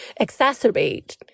exacerbate